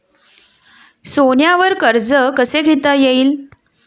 सोन्यावर कर्ज कसे घेता येईल?